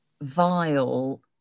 vile